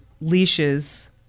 leashes